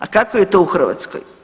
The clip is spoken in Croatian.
A kako je to u Hrvatskoj?